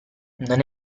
non